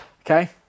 okay